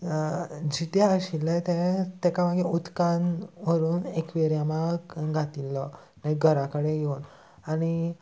जितें आशिल्लें तें तेका मागीर उदकान व्हरून एक्वेरियमाक घातिल्लो लायक घरा कडेन येवन आनी